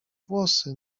włosy